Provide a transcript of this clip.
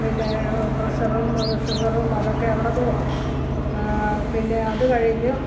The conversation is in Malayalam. പിന്നേ പ്രഷറും ഷുഗറും അതൊക്കെ അവിടെ നോക്കും പിന്നെ അതു കഴിഞ്ഞ്